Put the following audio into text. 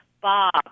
Bob